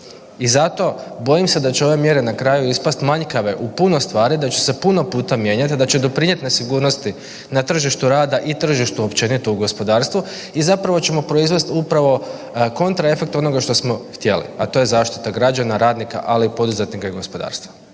I zato, bojim se da će ove mjere na kraju ispasti manjkave u puno stvari, da će se puno puta mijenjati, da će doprinijeti nesigurnosti na tržištu rada i tržištu općenito u gospodarstvu i zapravo ćemo proizvesti upravo kontraefekt onoga što smo htjeli, a to je zaštita građana, radnika, ali i poduzetnika i gospodarstva.